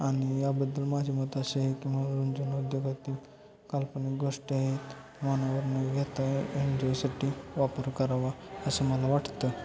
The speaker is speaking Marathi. आणि याबद्दल माझे मत असे आहे की मनोरंजन उद्योगातील काल्पनिक गोष्टी आहेत एन जी ओसाठी वापर करावा असं मला वाटतं